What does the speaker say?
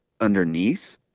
underneath